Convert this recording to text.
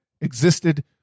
existed